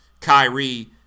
Kyrie